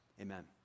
Amen